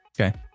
Okay